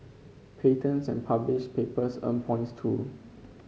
patents and published papers earn points too